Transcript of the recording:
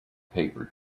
paper